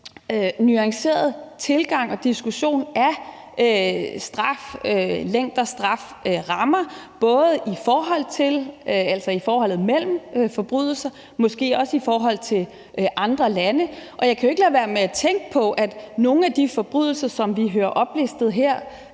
nuanceret tilgang til og diskussion af straflængder og strafferammer, både i forholdet mellem forbrydelser og måske også i forhold til andre lande. Jeg kan jo ikke lade være med at tænke på, at nogle af de forbrydelser, som vi hører oplistet her,